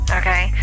okay